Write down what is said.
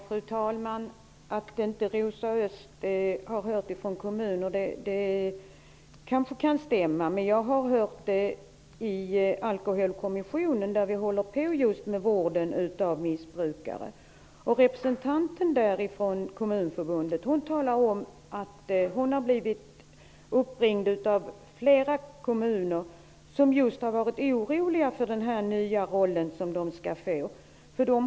Fru talman! Att Rosa Östh inte har hört något från kommunerna kanske kan stämma, men jag har det i Alkoholkommissionen, där vi just håller på med vård av missbrukare. Kommunförbundets representant talade om att hon hade blivit uppringd av företrädare för flera kommuner, som just hade varit oroliga för den nya roll som de skall få.